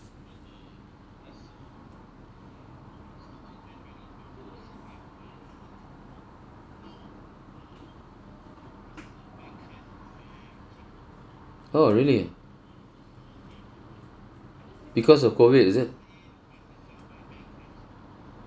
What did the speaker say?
oh really because of COVID is it